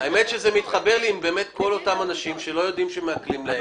זה מתחבר לי עם כל אותם אנשים שלא יודעים שמעקלים להם.